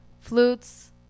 flutes